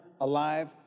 alive